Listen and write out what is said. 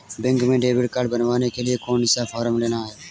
Bank में debit card बनवाने के लिए कौन सा फॉर्म लेना है?